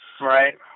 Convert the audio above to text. Right